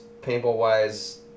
paintball-wise